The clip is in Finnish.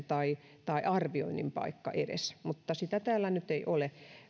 tai tai arvioinnin paikka edes mutta sitä täällä nyt ei ole